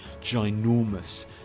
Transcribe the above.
ginormous